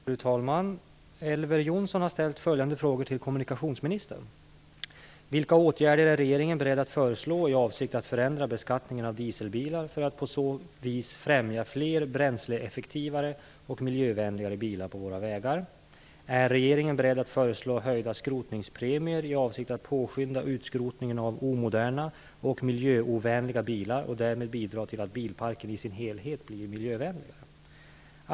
Fru talman! Elver Jonsson har ställt följande frågor till kommunikationsministern. 2. Är regeringen beredd att föreslå höjda skrotningspremier i avsikt att påskynda utskrotningen av omoderna och miljöovänliga bilar och därmed bidra till att bilparken i dess helhet blir miljövänligare?